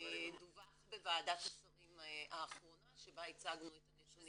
דווח בוועדת השרים האחרונה שבה הצגנו את הנתונים האלה,